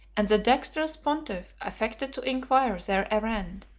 and the dexterous pontiff affected to inquire their errand,